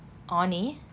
annie